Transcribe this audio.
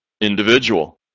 individual